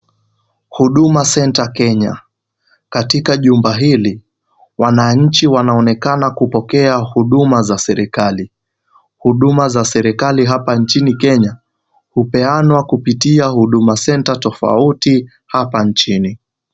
Huduma Center Kenya, katika chumba hili wanainji wanaonekana kupokea huduma za serikali huduma za serikali hapa injini kenya hupeanwa kupitia Huduma Center tafauti hapa njini.